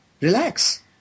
relax